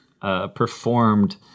performed